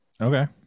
okay